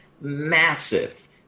massive